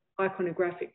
iconographic